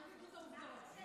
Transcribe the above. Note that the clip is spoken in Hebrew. אתם תדעו את העובדות.